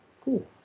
Cool